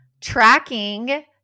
tracking